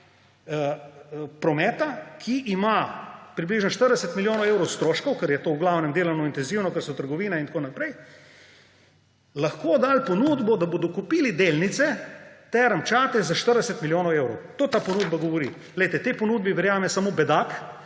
prometa, ki ima približno 40 milijonov evrov stroškov, ker je to v glavnem delovno intenzivno, ker so trgovine in tako naprej, lahko dalo ponudbo, da bodo kupili delnice Term Čatež za 40 milijonov evrov? To ta ponudba govori. Tej ponudbi verjame samo bedak